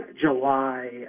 July